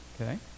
Okay